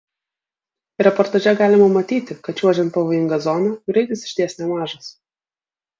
reportaže galima matyti kad čiuožiant pavojinga zona greitis iš ties nemažas